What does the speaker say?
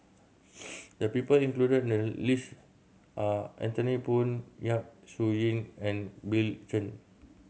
the people included in the list are Anthony Poon Yap Su Yin and Bill Chen